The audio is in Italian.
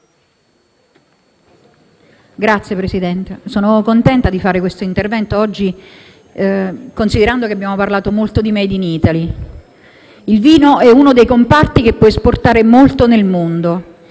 Signor Presidente, sono contenta di fare quest'intervento oggi, visto che abbiamo parlato molto di *made in Italy*. «Il vino è uno dei comparti che può esportare molto nel mondo.